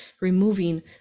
removing